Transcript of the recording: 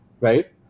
right